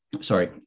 Sorry